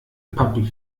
public